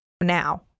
now